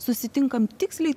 susitinkam tiksliai